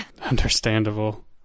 Understandable